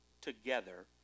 together